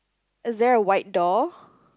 is there a white door